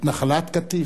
את נחלת קטיף,